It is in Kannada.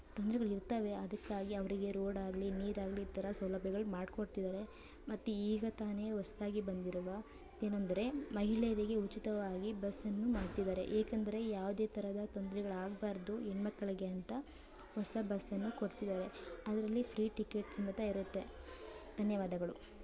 ತೊಂದರೆಗಳಿರ್ತವೆ ಅದಕ್ಕಾಗಿ ಅವ್ರಿಗೆ ರೋಡ್ ಆಗಲಿ ನೀರು ಆಗಲಿ ಈ ಥರ ಸೌಲಭ್ಯಗಳು ಮಾಡಿ ಕೊಡ್ತಿದ್ದಾರೆ ಮತ್ತು ಈಗ ತಾನೇ ಹೊಸ್ದಾಗಿ ಬಂದಿರುವ ಏನಂದರೆ ಮಹಿಳೆಯರಿಗೆ ಉಚಿತವಾಗಿ ಬಸ್ಸನ್ನು ಮಾಡ್ತಿದ್ದಾರೆ ಏಕಂದರೆ ಯಾವುದೇ ಥರದ ತೊಂದ್ರೆಗಳು ಆಗಬಾರ್ದು ಹೆಣ್ಮಕ್ಕಳಿಗೆ ಅಂತ ಹೊಸ ಬಸ್ಸನ್ನು ಕೊಡ್ತಿದ್ದಾರೆ ಅದರಲ್ಲಿ ಫ್ರೀ ಟಿಕೆಟ್ ಸಮೇತ ಇರುತ್ತೆ ಧನ್ಯವಾದಗಳು